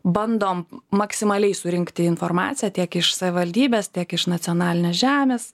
bandom maksimaliai surinkti informaciją tiek iš savivaldybės tiek iš nacionalinės žemės